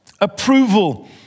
approval